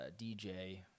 DJ